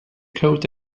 coat